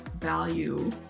value